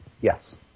yes